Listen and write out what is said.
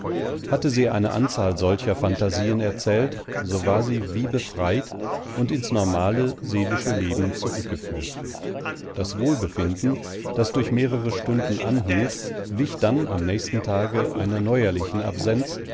hatte sie eine anzahl solcher phantasien erzählt so war sie wie befreit und ins normale seelische leben zurückgeführt das wohlbefinden das durch mehrere stunden anhielt wich dann am nächsten tage einer neuerlichen absenz